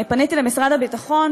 אני פניתי אל משרד הביטחון,